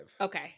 Okay